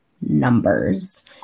numbers